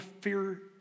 fear